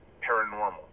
paranormal